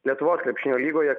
lietuvos krepšinio lygoje